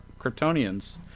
Kryptonians